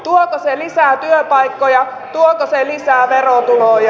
tuoko se lisää työpaikkoja tuoko se lisää verotuloja